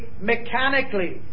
mechanically